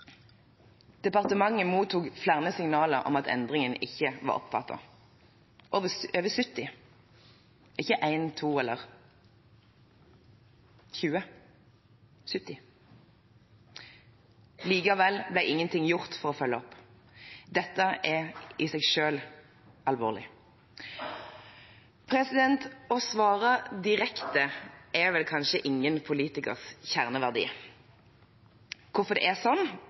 Departementet mottok flere signaler om at endringen ikke var oppfattet – ikke 1, 2 eller 20 – over 70. Likevel ble ingenting gjort for å følge opp. Dette er i seg selv alvorlig. Å svare direkte er vel kanskje ingen politikers kjerneverdi. Hvorfor det er